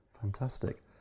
Fantastic